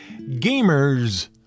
gamers